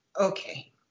Okay